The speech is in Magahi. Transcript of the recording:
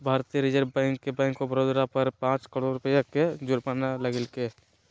भारतीय रिजर्व बैंक ने बैंक ऑफ बड़ौदा पर पांच करोड़ रुपया के जुर्माना लगैलके